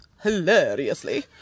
hilariously